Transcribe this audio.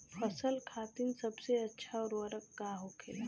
फसल खातीन सबसे अच्छा उर्वरक का होखेला?